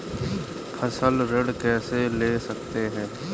फसल ऋण कैसे ले सकते हैं?